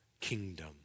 kingdom